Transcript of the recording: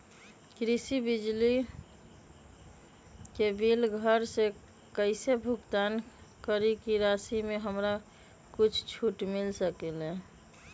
कृषि बिजली के बिल घर से कईसे भुगतान करी की राशि मे हमरा कुछ छूट मिल सकेले?